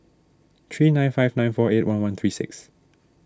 three nine five nine four eight one one three six